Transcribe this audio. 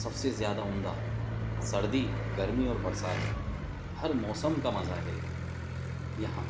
سب سے زیادہ عمدہ سردی گرمی اور برسات ہر موسم کا مزہ ہے یہاں